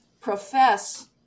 profess